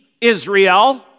Israel